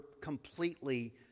completely